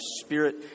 Spirit